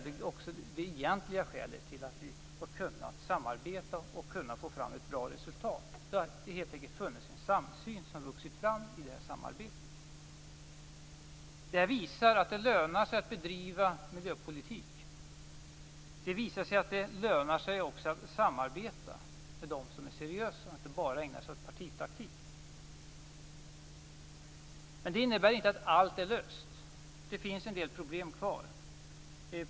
Det är det egentliga skälet till att vi har kunnat samarbeta och få fram ett bra resultat. Det har helt enkelt funnits en samsyn som har vuxit fram i samarbetet. Det visar att det lönar sig att bedriva miljöpolitik. Det visar också att det lönar sig att samarbeta med dem som är seriösa och inte enbart ägnar sig åt partitaktik. Men det innebär inte att allt är löst. Det finns en del problem kvar.